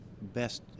best